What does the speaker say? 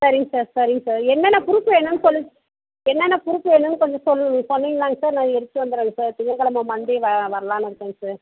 சரிங்க சார் சரிங்க சார் என்னென்ன ப்ரூஃப் வேணும்னு சொல்லுங்கள் என்னென்ன ப்ரூஃப் வேணும்னு கொஞ்சம் சொல்லுங்கள் சொன்னீங்கன்னால் சார் நான் எடுத்துகிட்டு வந்துடுறேங்க சார் திங்கள் கிழம மண்டே வ வரலாம்னு இருக்கேங்க சார்